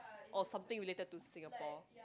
or something related to Singapore